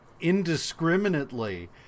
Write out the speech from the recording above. indiscriminately